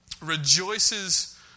rejoices